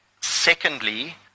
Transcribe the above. secondly